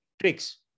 tricks